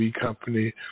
company